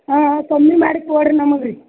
ಹಾಂ ಹಾಂ ಕಮ್ಮಿ ಮಾಡಿ ಕೊಡ್ರಿ ನಮಗೆ ರೀ